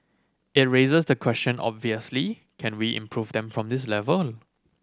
it raises the question obviously can we improve them from this level